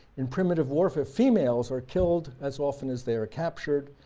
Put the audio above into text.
in primitive warfare females are killed as often as they are captured